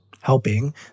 helping